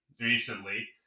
recently